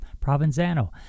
Provenzano